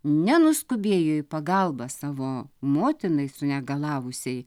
nenuskubėjo į pagalbą savo motinai sunegalavusiai